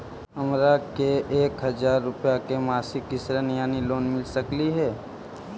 हमरा के एक हजार रुपया के मासिक ऋण यानी लोन मिल सकली हे?